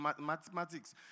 mathematics